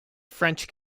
french